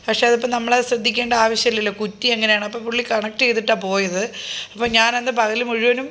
പക്ഷേ അതിപ്പോള് നമ്മള് അത് ശ്രദ്ധിക്കേണ്ട ആവശ്യമില്ലല്ലോ കുറ്റി അങ്ങനെയാണപ്പോള് പുള്ളി കണക്ട്യ്തിട്ടാണ് പോയത് അപ്പോള് ഞാനന്ന് പകല് മുഴുവനും